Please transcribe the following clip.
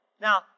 Now